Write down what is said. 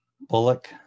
Bullock